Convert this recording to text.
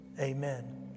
Amen